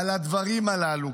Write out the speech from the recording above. על הדברים הללו.